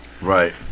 Right